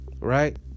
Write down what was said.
right